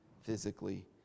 physically